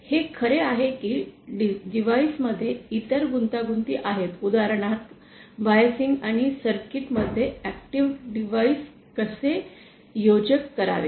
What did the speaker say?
हे खरे आहे की डिव्हाइस मध्ये इतर गुंतागुंत आहेत उदाहरणार्थ बायसिंग आणि सर्किट मध्ये ऐक्टिव डिव्हाइस कसे योजक करावे